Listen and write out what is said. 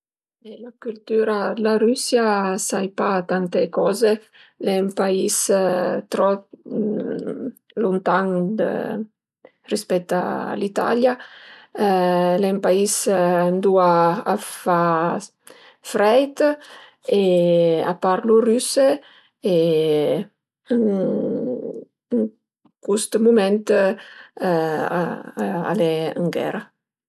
Dë la cültüra d'la Rüsia sai pa tante coze, al e ün pais trop luntan dë rispèt a l'Italia, al e ün pais ëndua a fa freit e a parlu ël rüse e ën cust mument al e ën ghera